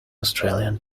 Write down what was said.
australian